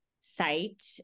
site